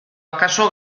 akaso